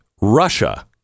Russia